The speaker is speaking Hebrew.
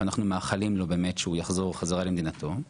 אנחנו מאחלים לו שהוא יחזור חזרה למדינתו,